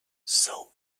sow